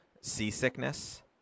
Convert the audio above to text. seasickness